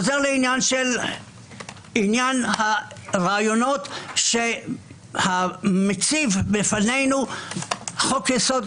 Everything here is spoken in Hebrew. לעניין הרעיונות שמציב בפנינו חוק יסוד